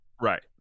Right